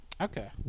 Okay